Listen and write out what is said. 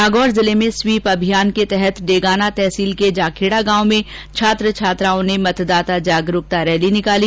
नागौर जिले में स्वीप अभियान के तहत डेगाना तहसील के जाखेड़ा गांव में छात्र छात्राओं ने मतदाता जागरूकता रैली निकाली